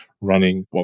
running